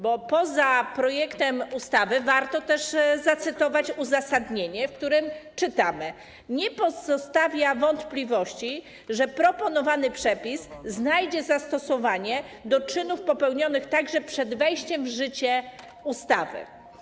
Bo poza projektem ustawy warto też zacytować uzasadnienie, w którym napisano: Nie pozostawia wątpliwości, że proponowany przepis znajdzie zastosowanie do czynów popełnionych także przed wejściem w życie ustawy.